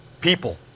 people